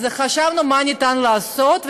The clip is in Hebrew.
אז חשבנו מה ניתן לעשות,